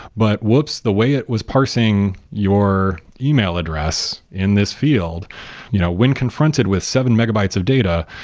but whoops, the way it was parsing your yeah e-mail address in this field you know when confronted with seven megabytes of data,